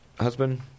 husband